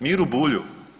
Miru Bulju?